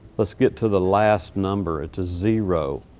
let's get to the last number. it's a zero.